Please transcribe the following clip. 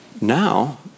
Now